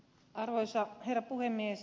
arvoisa herra puhemies